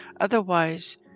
Otherwise